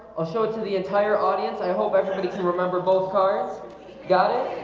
i'll show it to the entire audience. i hope everybody to remember both cards got it